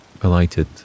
alighted